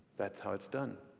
that's how it's done.